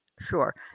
Sure